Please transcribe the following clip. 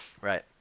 Right